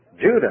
Judah